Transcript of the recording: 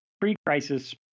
pre-crisis